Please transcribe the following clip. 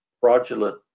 fraudulent